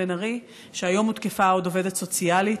שהיום הותקפה עוד עובדת סוציאלית.